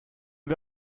wir